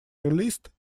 released